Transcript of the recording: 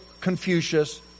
Confucius